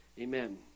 Amen